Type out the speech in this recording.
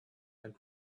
and